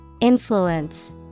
Influence